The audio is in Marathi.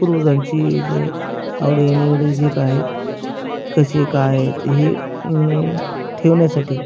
पूर्वजांची जे आवडीनिवडी जे काय आहेत कसे काय हे नीट ठेवण्यासाठी